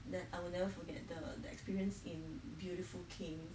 that I will never forget the the experience in beautiful king